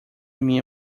minha